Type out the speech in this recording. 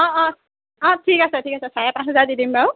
অ অ অ ঠিক আছে ঠিক আছে চাৰে পাঁচ হেজাৰ দি দিম বাৰু